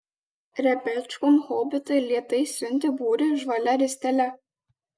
repečkom hobitai lėtai siuntė būrį žvalia ristele